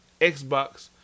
Xbox